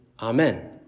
amen